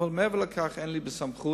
אבל מעבר לכך אין לי סמכות